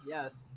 Yes